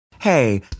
Hey